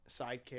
sidekick